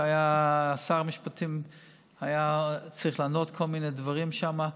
כששר המשפטים היה צריך לענות כל מיני דברים שם,